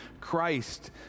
Christ